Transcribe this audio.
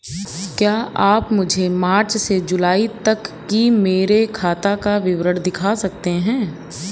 क्या आप मुझे मार्च से जूलाई तक की मेरे खाता का विवरण दिखा सकते हैं?